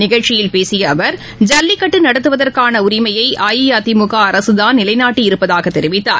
நிகழ்ச்சியில் பேசியஅவர் ஜல்லிக்கட்டுநடத்துவதற்கானஉரிமையைஅஇஅதிமுகஅரசுதான் நிலைநாட்டி இருப்பதாகத் தெரிவித்தார்